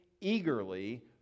eagerly